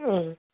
మ్మ్